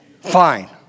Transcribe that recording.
Fine